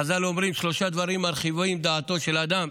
חז"ל אומרים: שלושה דברים מרחיבים דעתו של אדם,